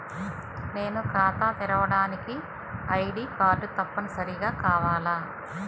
నేను ఖాతా తెరవడానికి ఐ.డీ కార్డు తప్పనిసారిగా కావాలా?